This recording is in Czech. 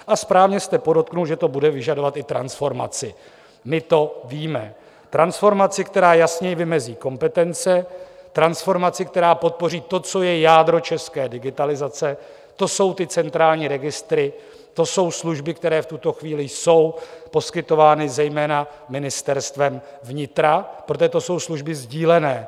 A správně jste podotkl, že to bude vyžadovat i transformaci my to víme: transformaci, která jasněji vymezí kompetence, transformaci, která podpoří to, co je jádro české digitalizace, to jsou ty centrální registry, to jsou služby, které v tuto chvíli jsou poskytovány zejména Ministerstvem vnitra, protože to jsou služby sdílené.